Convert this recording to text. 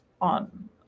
on